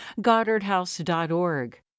GoddardHouse.org